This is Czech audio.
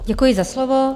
Děkuji za slovo.